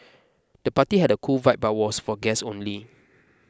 the party had a cool vibe but was for guests only